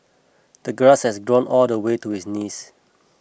the grass had grown all the way to his knees